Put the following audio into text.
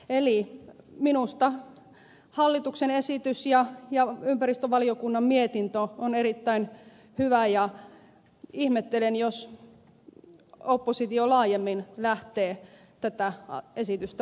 eli minusta hallituksen esitys ja ympäristövaliokunnan mietintö ovat erittäin hyviä ja ihmettelen jos oppositio laajemmin lähtee tätä esitystä